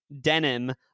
denim